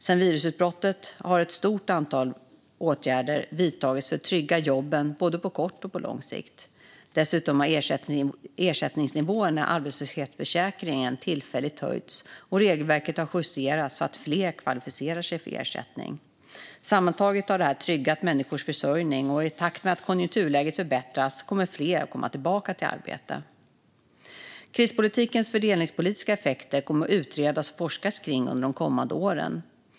Sedan virusutbrottet har ett stort antal åtgärder vidtagits för att trygga jobben både på kort och på lång sikt. Dessutom har ersättningsnivåerna i arbetslöshetsförsäkringen tillfälligt höjts, och regelverket har justerats så att fler kvalificerar sig för ersättning. Sammantaget har detta tryggat människors försörjning, och i takt med att konjunkturläget förbättras kommer fler tillbaka i arbete. Krispolitikens fördelningspolitiska effekter kommer att utredas och forskas kring under kommande år.